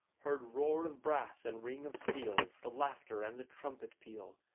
heard roar of brass and ring of steel, the laughter and the trumpet peal,